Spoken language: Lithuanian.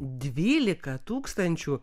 dvylika tūkstančių